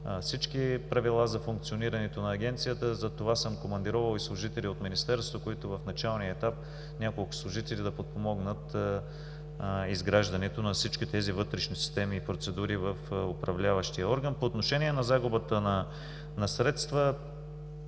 всички правила за функционирането на Агенцията. Затова съм командировал и няколко служители от Министерството, които в началния етап да подпомогнат изграждането на всички тези вътрешни системи и процедури в управляващия орган. По отношение на загубата на средства